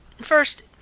first